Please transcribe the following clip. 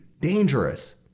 dangerous